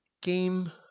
game